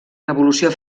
revolució